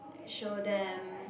show them